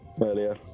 earlier